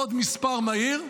עוד מספר מהיר: